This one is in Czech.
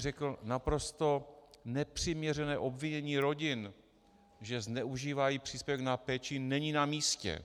Řekl bych naprosto nepřiměřené obvinění rodin, že zneužívají příspěvek na péči, není namístě.